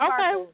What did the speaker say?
Okay